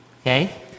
Okay